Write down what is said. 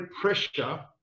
pressure